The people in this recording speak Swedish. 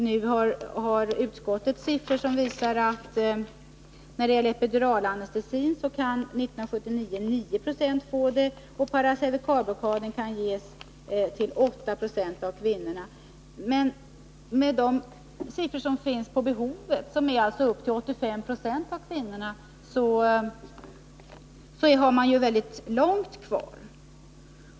Nu har utskottet siffror som visar att 1979 kunde 9 20 av kvinnorna få epiduralanestesi och 8 96 kunde få paracervikalblockad. De siffror som finns visar emellertid att behovet uppgår till 85 26 av kvinnorna. Man har alltså väldigt långt kvar.